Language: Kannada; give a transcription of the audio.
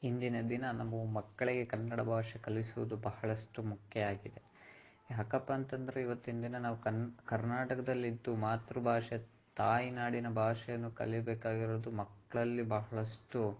ಇಂದಿನ ದಿನ ನಮ್ಮ ಮಕ್ಕಳಿಗೆ ಕನ್ನಡ ಬಾಷೆ ಕಲಿಸುವುದು ಬಹಳಷ್ಟು ಮುಖ್ಯ ಆಗಿದೆ ಯಾಕಪ್ಪ ಅಂತಂದರೆ ಇವತ್ತಿನ ದಿನ ನಾವು ಕನ್ ಕರ್ನಾಟಕದಲ್ಲಿದ್ದು ಮಾತೃಭಾಷೆ ತಾಯಿನಾಡಿನ ಭಾಷೆಯನ್ನು ಕಲೀಬೇಕಾಗಿರೋದು ಮಕ್ಕಳಲ್ಲಿ ಬಹಳಷ್ಟು